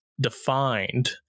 defined